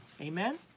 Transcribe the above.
Amen